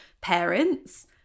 parents